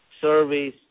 service